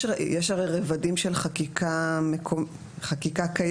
יש הרי רבדים של חקיקה קיימת,